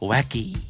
Wacky